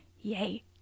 yay